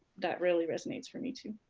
that really resonates for me, too.